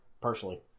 personally